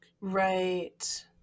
Right